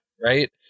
right